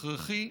הכרחי,